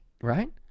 right